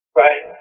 right